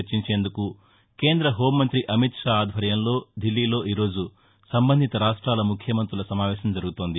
చర్చించేందుకు కేంద్ర హోంమంతి అమిత్ షా ఆధ్వర్యంలో దిల్లీలో ఈరోజు సంబంధిత రాష్ట్రాల ముఖ్యమంతుల సమావేశం జరుగుతోంది